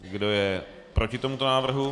Kdo je proti tomuto návrhu?